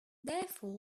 therefore